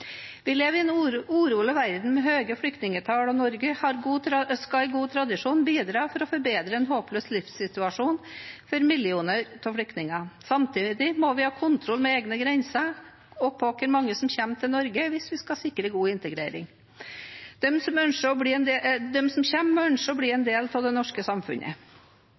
Vi lever i en urolig verden med høye flyktningtall, og Norge skal i god tradisjon bidra for å forbedre en håpløs livssituasjon for millioner av flyktninger. Samtidig må vi ha kontroll med egne grenser og på hvor mange som kommer til Norge, hvis vi skal sikre god integrering. De som kommer, må ønske å bli en del av det norske samfunnet.